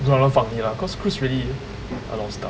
just 乱乱放你 lah because cruise really a lot of stuff